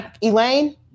Elaine